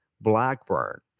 Blackburn